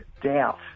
doubt